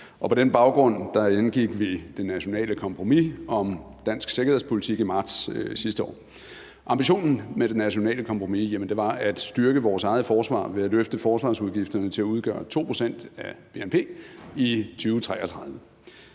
På den baggrund indgik vi det nationale kompromis om dansk sikkerhedspolitik i marts sidste år. Ambitionen med det nationale kompromis var at styrke vores eget forsvar ved at løfte forsvarsudgifterne til at udgøre 2 pct. af bnp i 2033.